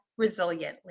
resiliently